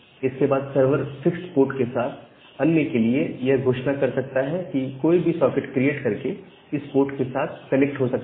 इसके बाद server fix port के साथ अन्य के लिए यह घोषणा कर सकता है कि कोई भी सॉकेट क्रिएट करके इस पोर्ट के साथ कनेक्ट हो सकता है